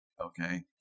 okay